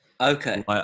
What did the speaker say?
Okay